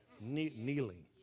kneeling